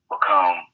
become